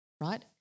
right